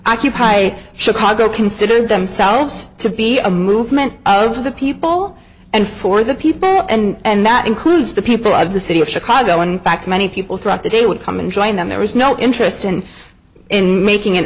occupy chicago considered themselves to be a movement of the people and for the people and that includes the people of the city of chicago in fact many people throughout the day would come and join them there is no interest in in making an